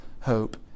hope